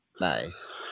Nice